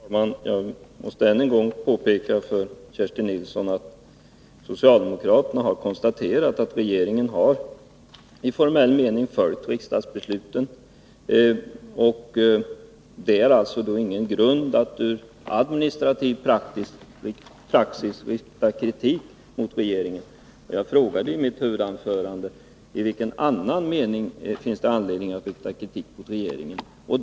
Fru talman! Jag måste än en gång påpeka för Kerstin Nilsson att socialdemokraterna har konstaterat att regeringen i formell mening har följt riksdagsbesluten. Det finns ingen grund för att rikta kritik mot regeringen i fråga om den administrativa praxisen. Jag frågade i mitt huvudanförande i vilken annan mening det finns anledning att rikta kritik mot regeringen.